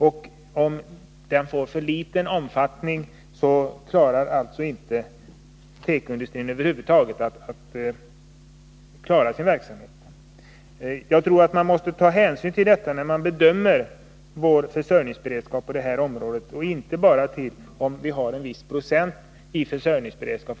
Får tekoindustrin alltför liten omfattning klarar den inte att driva någon verksamhet över huvud taget. Man måste ta hänsyn till detta när man bedömer vår försörjningsberedskap på det här området och inte bara till om vi har en viss procents försörjningsberedskap.